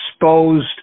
exposed